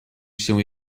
się